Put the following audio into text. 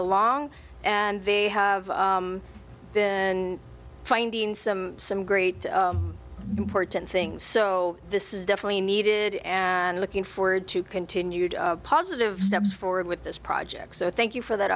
along and they have been finding some some great important things so this is definitely needed and looking forward to continued positive steps forward with this project so thank you for that